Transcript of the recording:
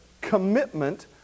commitment